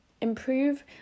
improve